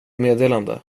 meddelande